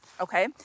okay